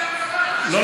לא,